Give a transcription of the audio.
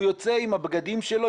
הוא יוצא עם הבגדים שלו,